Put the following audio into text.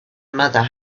mother